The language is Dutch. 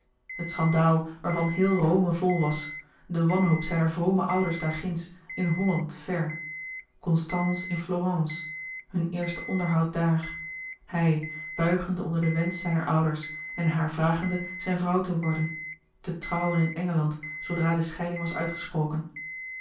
het schandaal waarvan heel rome vol was de wanhoop zijner vrome ouders daarginds in holland louis couperus de boeken der kleine zielen ver constance in florence hun eerste onderhoud daar hij buigende onder den wensch zijner ouders en haar vragende zijn vrouw te worden te trouwen in engeland zoodra de scheiding was uitgesproken